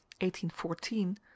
1814